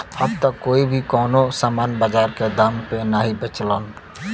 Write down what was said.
अब त कोई भी कउनो सामान बाजार के दाम पे नाहीं बेचलन